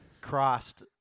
crossed